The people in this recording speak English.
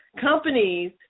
Companies